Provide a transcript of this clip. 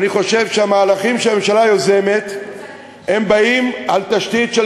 אני חושב שהמהלכים שהממשלה יוזמת באים על תשתית של